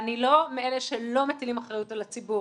אני לא מאלה שלא מטילים אחריות על הציבור,